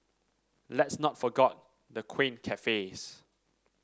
let's not forgot the quaint cafes